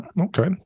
Okay